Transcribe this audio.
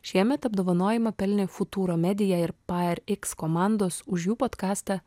šiemet apdovanojimą pelnė futuro media ir pa er iks komandos už jų podkastą